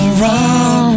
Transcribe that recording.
wrong